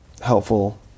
helpful